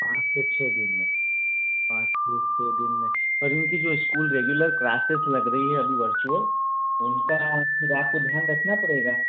पाँच से छः दिन में पाँच से छः दिन में पर इनकी जो स्कूल रेग्युलर क्लासेस लग रही हैं अभी वर्चुअल उनका फिर आपको ध्यान रखना पड़ेगा